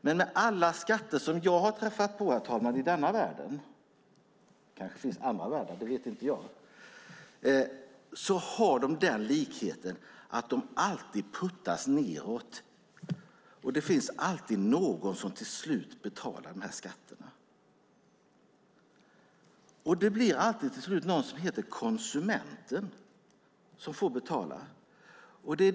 Men alla skatter som jag, herr talman, träffat på i denna värld - det finns kanske andra världar; det vet inte jag - har likheten att de alltid puttas nedåt. Det finns alltid någon som till slut betalar de här skatterna. Till slut blir det nämligen alltid konsumenten som får betala.